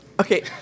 Okay